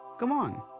come on!